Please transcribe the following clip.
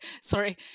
sorry